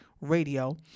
Radio